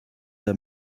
der